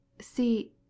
See